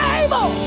able